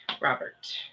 robert